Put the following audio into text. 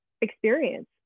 experience